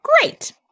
Great